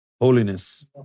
holiness